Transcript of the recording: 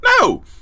No